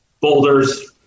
boulders